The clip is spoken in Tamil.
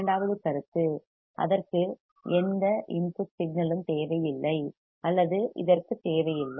இரண்டாவது கருத்து அதற்கு எந்த இன்புட் சிக்னல்யும் தேவையில்லை அல்லது அதற்கு தேவையில்லை